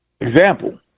example